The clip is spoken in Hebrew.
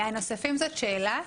הנוספים זאת שאלה,